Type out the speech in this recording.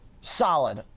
solid